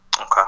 okay